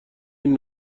این